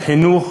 על חינוך,